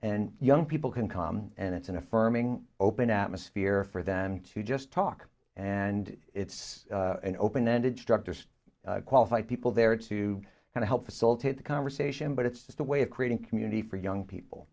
and young people can come and it's an affirming open atmosphere for them to just talk and it's open ended structures qualify people there to help facilitate the conversation but it's just a way of creating community for young people